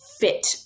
fit